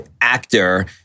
actor